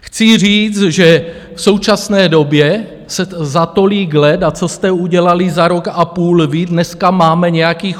Chci říct, že v současné době se za tolik let, a co jste udělali za rok a půl vy, dneska máme nějakých 819.